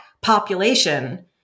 population